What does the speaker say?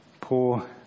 poor